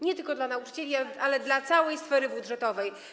Nie tylko dla nauczycieli, ale też dla całej sfery budżetowej.